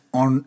on